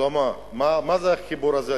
שלמה, מה זה החיבור הזה?